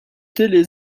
télé